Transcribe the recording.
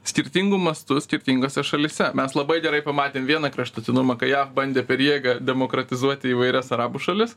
skirtingu mastu skirtingose šalyse mes labai gerai pamatėm vieną kraštutinumą kai jav bandė per jėgą demokratizuoti įvairias arabų šalis